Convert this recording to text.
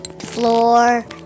floor